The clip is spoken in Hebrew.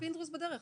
פינדרוס בדרך,